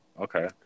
okay